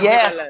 Yes